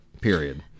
period